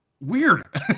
weird